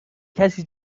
کسی